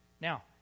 Now